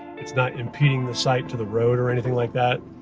it's not impeding the sight to the road or anything like that.